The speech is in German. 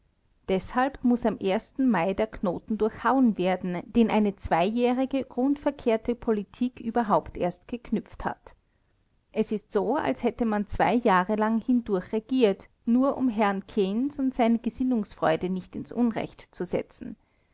deshalb muß am ersten mai der knoten durchhauen werden den eine zweijährige grundverkehrte politik überhaupt erst geknüpft hat es ist so als hätte man zwei jahre hindurch regiert nur um herrn keynes und seine gesinnungsfreunde nicht ins unrecht zu setzen